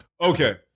okay